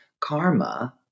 karma